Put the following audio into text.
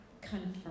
confirm